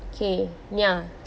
okay ya